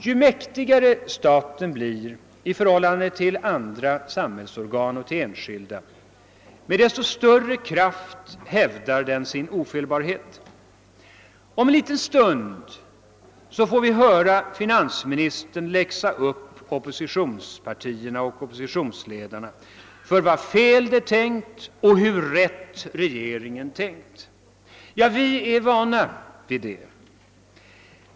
Ju mäktigare staten blir i förhållande till andra samhällsorgan och i förhållande till enskilda, med desto större kraft hävdar den sin ofelbarhet. Om en liten stund får vi höra finansministern läxa upp oppositionspartierna och oppositionsledarna för vad fel de tänkt, och vi får höra honom tala om hur rätt regeringen tänkt. Vi är vana vid det.